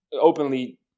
openly